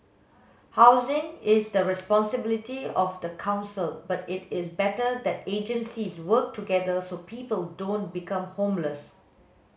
housing is the responsibility of the council but it is better that agencies work together so people don't become homeless